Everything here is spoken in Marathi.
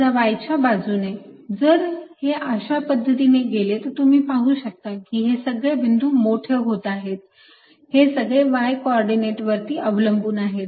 वजा y च्या बाजूने जर हे अशा पद्धतीने गेले तर तुम्ही पाहू शकता की हे सगळे बिंदू मोठे होत आहेत हे सगळे y कोऑर्डिनेट वरती अवलंबून आहेत